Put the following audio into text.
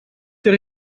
der